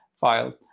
files